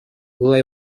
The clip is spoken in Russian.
была